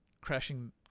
crashing